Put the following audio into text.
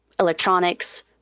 electronics